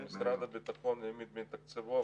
משרד הביטחון העמיד מתקציבו,